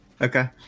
okay